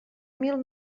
mil